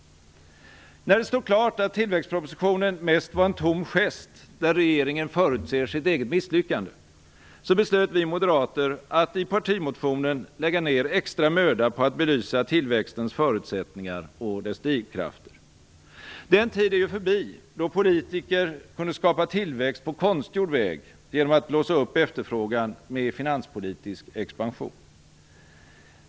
När det stod klart att tillväxtpropositionen mest var en tom gest, där regeringen förutser sitt eget misslyckande, beslöt vi moderater att i partimotionen lägga ned extra möda på att belysa tillväxtens förutsättningar och drivkrafter. Den tid är förbi då politiker kunde skapa tillväxt på konstgjord väg genom att blåsa upp efterfrågan med finanspolitisk expansion.